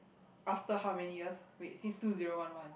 after how many years wait since two zero one one